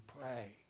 pray